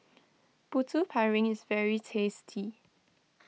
Putu Piring is very tasty